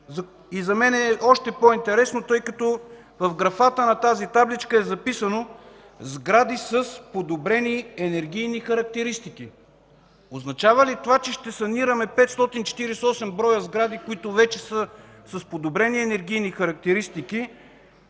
За мен е още по-интересно, тъй като в графата на тази табличка е записано „сгради с подобрени енергийни характеристики”. Означава ли това, че ще санираме 548 сгради, които вече са с подобрени енергийни характеристики?